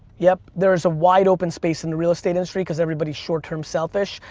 yep, there's a wide-open space in the real estate industry, because everybody's short-term selfish.